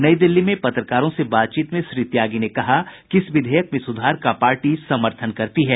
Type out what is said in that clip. नई दिल्ली में पत्रकारों से बातचीत में श्री त्यागी ने कहा कि इस विधेयक में सुधार का पार्टी समर्थन करती है